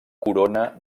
corona